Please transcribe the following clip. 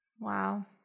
Wow